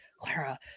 Clara